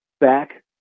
back